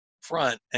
Front